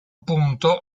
punto